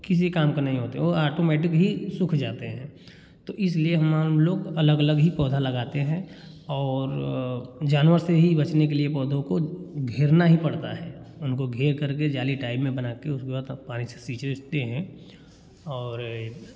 किसी काम का नहीं होते है वह आटोमेटिक ही सूख जाते हैं तो इसलिए हम लोग अलग अलग ही पौधा लगाते हैं और जानवर से ही बचने के लिए पौधों को घेरना ही पड़ता है उनको घेरकर के जाली टाइप में बनाकर उसके बाद तब पानी से सींचते हैं और